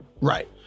Right